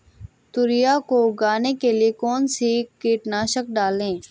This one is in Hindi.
तोरियां को उगाने के लिये कौन सी कीटनाशक डालें?